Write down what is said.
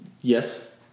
Yes